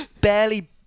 barely